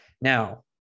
Now